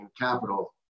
capital